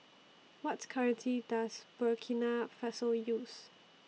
What currency Does Burkina Faso use